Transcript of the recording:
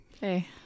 Hey